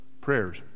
prayers